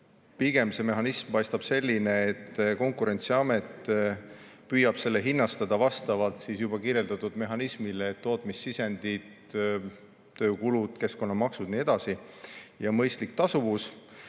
paistab see mehhanism pigem selline, et Konkurentsiamet püüab hinnastada vastavalt juba kirjeldatud mehhanismile, et tootmissisendid, tööjõukulud, keskkonnamaksud jne ning mõistlik tasuvus.